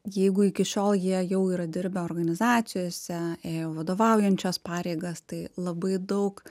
jeigu iki šiol jie jau yra dirbę organizacijose ėjo vadovaujančias pareigas tai labai daug